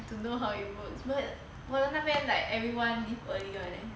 I don't know how it works but 我的那边 like everyone leave early [one] leh